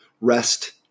rest